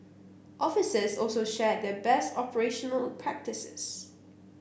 officers also shared their best operational practices